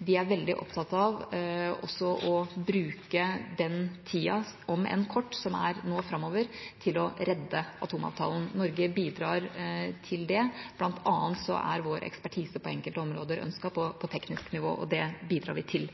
De er veldig opptatt av å bruke den tida som er framover – selv om den er kort – til å redde atomavtalen. Norge bidrar til det. Blant annet er vår tekniske ekspertise på enkelte områder ønsket, og det bidrar vi til.